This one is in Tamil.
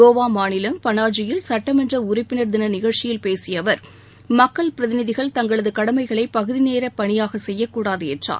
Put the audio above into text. கோவா மாநிலம் பனாஜியில் சட்டமன்ற உறுப்பினர் தின நிகழ்ச்சியில் பேசிய அவர் மக்கள் பிரதிநிதிகள் தங்களது கடமைகளை பகுதிநேர பணியாக செய்யக்கூடாது என்றார்